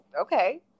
okay